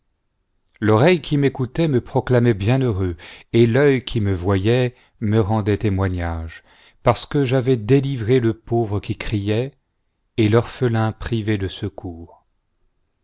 l'oreille qui m'ccoutait me proclamait bienheureux et l'œil qui me voyait me rendait témoignage parce que j'avais délivré le pauvre qui criait et l'orphelin privé de secours